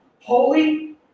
holy